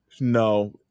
No